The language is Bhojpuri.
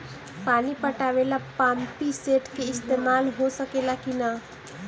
पानी पटावे ल पामपी सेट के ईसतमाल हो सकेला कि ना?